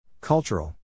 Cultural